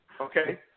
Okay